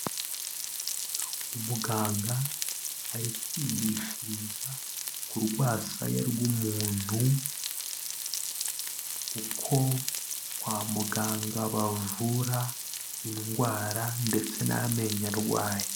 Umuganga ari kwigishiriza ku rwasaya rw'umuntu uko kwa muganga bavura indwara ndetse n'amenyo arwaye.